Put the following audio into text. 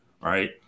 Right